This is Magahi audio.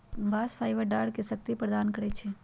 बास्ट फाइबर डांरके शक्ति प्रदान करइ छै